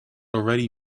already